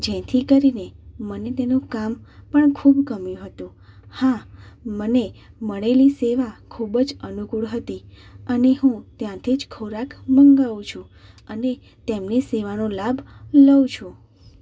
જેથી કરીને મને તેનું કામ પણ ખૂબ ગમ્યું હતું હા મને મળેલી સેવા ખૂબ જ અનુકૂળ હતી અને હું ત્યાંથી જ ખોરાક મંગાવું છું અને તેમની સેવાનો લાભ લઉં છું